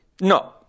no